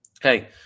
hey